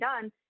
done